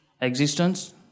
Existence